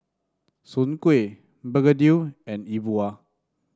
Soon Kway begedil and E Bua